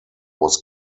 was